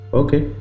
okay